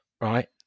right